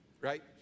right